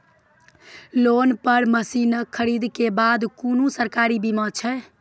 Loan पर मसीनऽक खरीद के बाद कुनू सरकारी बीमा छै?